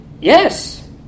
yes